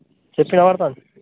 చెప్పు వినపడుతోంది